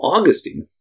Augustine